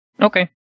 Okay